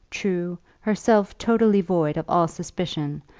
true, herself totally void of all suspicion,